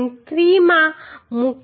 3 માં મૂકીશ